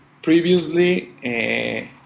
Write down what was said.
Previously